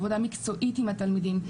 עבודה מקצועית עם התלמידים.